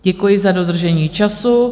Děkuji za dodržení času.